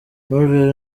marvin